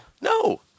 No